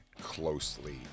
closely